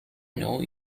know